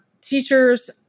teachers